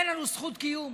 אין לנו זכות קיום.